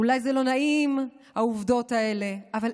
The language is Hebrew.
אולי העובדות האלה הן לא נעימות.